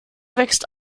wächst